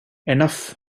enough